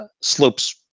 slopes